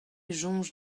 soñj